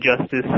Justice